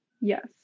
Yes